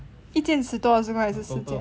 一件十多二十块